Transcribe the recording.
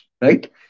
right